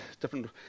different